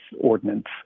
ordinance